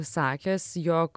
sakęs jog